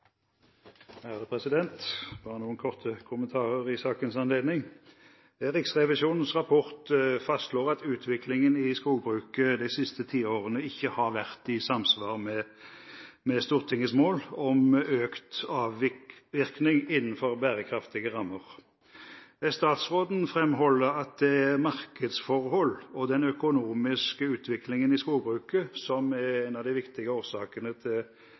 Bare noen korte kommentarer i sakens anledning: Riksrevisjonens rapport fastslår at utviklingen i skogbruket de siste ti årene ikke har vært i samsvar med Stortingets mål om økt avvirkning innenfor bærekraftige rammer. Statsråden framholder at det er markedsforhold og den økonomiske utviklingen i skogbruket som er en av de viktige årsakene til